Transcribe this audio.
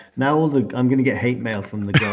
now and like i'm going to get hate mail from the girl